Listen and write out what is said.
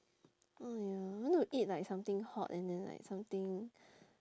!aiya! I want to eat like something hot and then like something